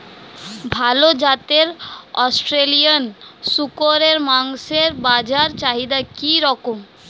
ভাল জাতের অস্ট্রেলিয়ান শূকরের মাংসের বাজার চাহিদা কি রকম?